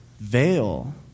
veil